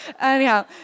anyhow